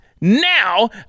now